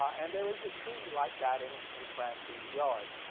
and there is a tree like that in in francie's yard.